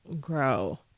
grow